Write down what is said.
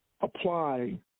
apply